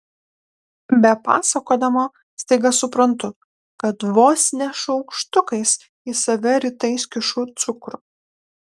bepasakodama staiga suprantu kad vos ne šaukštukais į save rytais kišu cukrų